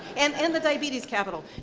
and and the diabetes capital,